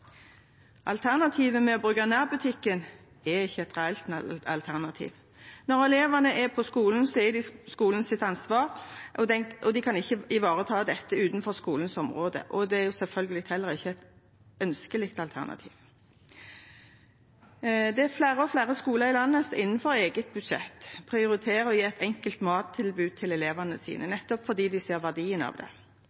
Alternativet med å bruke nærbutikken er ikke et reelt alternativ. Når elevene er på skolen, er de skolens ansvar, og de kan ikke ivareta dette utenfor skolens område. Det er selvfølgelig heller ikke et ønskelig alternativ. Det er flere og flere skoler i landet som innenfor eget budsjett prioriterer å gi et enkelt mattilbud til elevene sine,